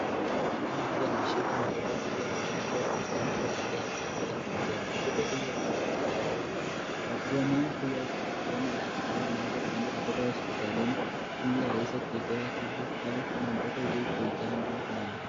Huyu anaonekana akiwa ameshika mtoto huyu ambaye ako katika ile hali ya kutaka kumchanja, mtoto huyo ako katika harakati ya kuwa mama huyo ako katika boma lake au ameweza kuenda katika hosiptalini ili aweze kupewa tiba au mtoto huyu kuchanjwa naye.